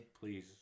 Please